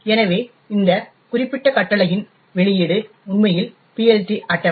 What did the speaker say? எனவே இந்த குறிப்பிட்ட கட்டளையின் வெளியீடு உண்மையில் PLT அட்டவணை